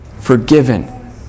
forgiven